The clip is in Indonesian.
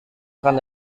akan